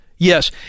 Yes